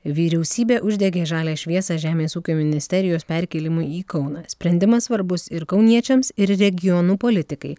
vyriausybė uždegė žalią šviesą žemės ūkio ministerijos perkėlimui į kauną sprendimas svarbus ir kauniečiams ir regionų politikai